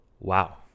wow